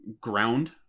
ground